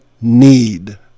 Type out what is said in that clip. need